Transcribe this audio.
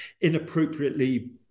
inappropriately